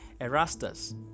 Erastus